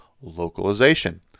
localization